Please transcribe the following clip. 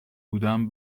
بودم